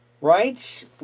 right